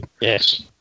Yes